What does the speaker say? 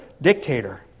dictator